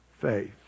faith